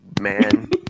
Man